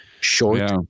short